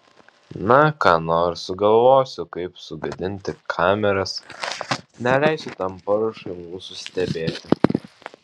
na ką nors sugalvosiu kaip sugadinti kameras neleisiu tam paršui mūsų stebėti